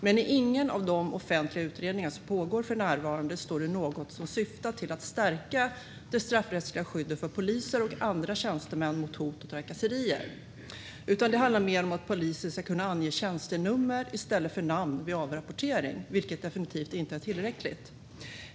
Men inte i någon av de offentliga utredningar som pågår för närvarande står det något som syftar till att stärka det straffrättsliga skyddet för poliser och tjänstemän mot hot och trakasserier, utan det handlar mer om att poliser ska kunna ange tjänstenummer i stället för namn vid avrapportering, vilket definitivt inte är tillräckligt.